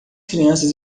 crianças